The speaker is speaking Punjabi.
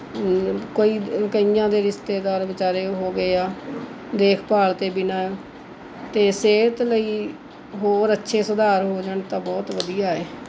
ਕੋਈ ਕਈਆਂ ਦੇ ਰਿਸ਼ਤੇਦਾਰ ਬੇਚਾਰੇ ਹੋ ਗਏ ਹੈ ਦੇਖਭਾਲ ਤੋਂ ਬਿਨਾਂ ਅਤੇ ਸਿਹਤ ਲਈ ਹੋਰ ਅੱਛੇ ਸੁਧਾਰ ਹੋ ਜਾਣ ਤਾਂ ਬਹੁਤ ਵਧੀਆ ਹੈ